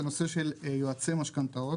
זה נושא של יועצי משכנתאות